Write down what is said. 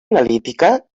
analítica